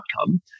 outcome